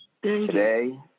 Today